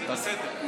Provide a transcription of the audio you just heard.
זה בסדר.